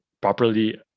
properly